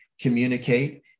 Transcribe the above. communicate